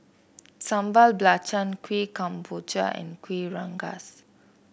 Sambal Belacan Kueh Kemboja and Kuih Rengas